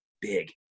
big